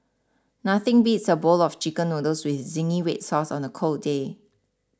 nothing beats a bowl of Chicken Noodles with Zingy Red Sauce on a cold day